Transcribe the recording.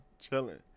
chilling